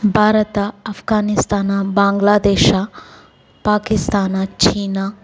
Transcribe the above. Bharat Afghanistan Bangladesh Pakistan China